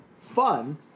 fun